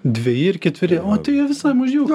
dveji ir ketveri o tai jie visai mažiukai